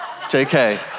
JK